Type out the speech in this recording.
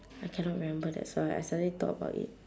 I cannot remember that's why I suddenly thought about it